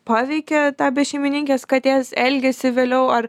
paveikia tą bešeimininkės katės elgesį vėliau ar